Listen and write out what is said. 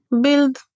build